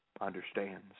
understands